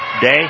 Day